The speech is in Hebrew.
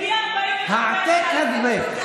העתק-הדבק.